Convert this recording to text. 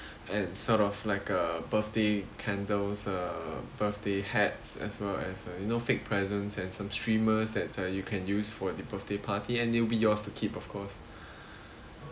and sort of like uh birthday candles err birthday hats as well as uh you know fake presents and some streamers that uh you can use for the birthday party and it'll be yours to keep of course